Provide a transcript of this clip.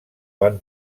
van